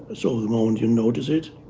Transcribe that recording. so the moment you notice it,